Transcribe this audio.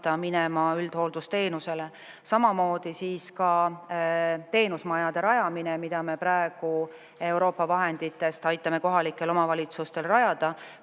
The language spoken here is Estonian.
minema üldhooldusteenusele. Samamoodi [mõjub] teenusmajade rajamine, mida me praegu Euroopa vahenditest aitame kohalikel omavalitsustel [ellu